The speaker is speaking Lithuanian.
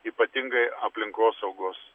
ypatingai aplinkosaugos